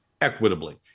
equitably